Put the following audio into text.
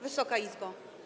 Wysoka Izbo!